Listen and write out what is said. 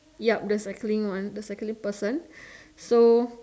ya the cycling one the cycling person so